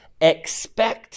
Expect